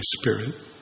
Spirit